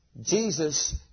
Jesus